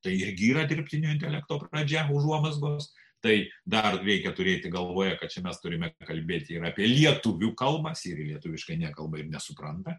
tai irgi yra dirbtinio intelekto pradžia užuomazgos tai dar reikia turėti galvoje kad čia mes turime kalbėti ir apie lietuvių kalbą siri lietuviškai nekalba ir nesupranta